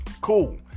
cool